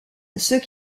ceux